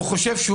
זה